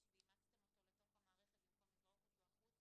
ואימצתם אותו לתוך המערכת במקום לזרוק אותו החוצה,